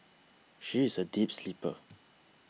she is a deep sleeper